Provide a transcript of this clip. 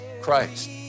Christ